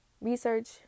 research